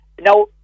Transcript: Now